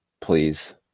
please